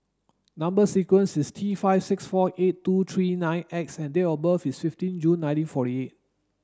number sequence is T five six four eight two three nine X and date of birth is fifteen June nineteen forty eight